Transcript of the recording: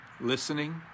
Listening